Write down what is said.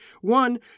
One